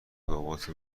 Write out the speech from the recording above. باباتو